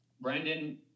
Brandon